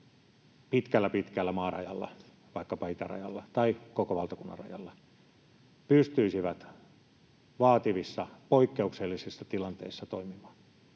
pitkällä, pitkällä maarajalla, vaikkapa itärajalla tai koko valtakunnan rajalla, pystyisivät vaativissa, poikkeuksellisissa tilanteissa toimimaan.